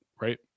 right